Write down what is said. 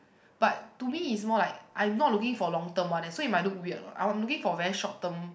but to me is more like I'm not looking for long term one leh so it might look weird what I'm looking for very short term